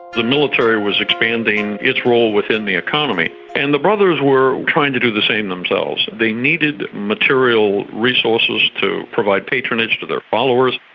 the military was expanding its role within the economy, and the brothers were trying to do the same themselves. they needed to material resources to provide patronage to their followers.